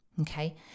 Okay